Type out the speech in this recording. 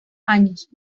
años